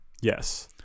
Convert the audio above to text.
Yes